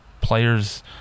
players